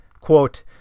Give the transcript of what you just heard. Quote